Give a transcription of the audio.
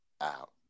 out